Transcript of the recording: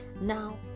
Now